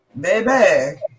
baby